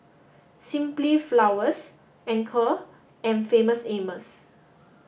simply Flowers Anchor and Famous Amos